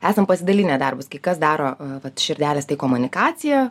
esam pasidalinę darbus kai kas daro vat širdelės tai komunikacija